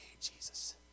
Jesus